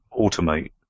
automate